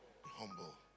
humble